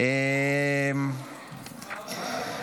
איזה אירוע?